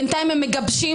בינתיים הם מגבשים